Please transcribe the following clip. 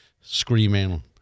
screaming